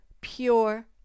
pure